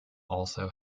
also